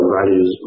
values